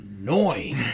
annoying